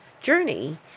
journey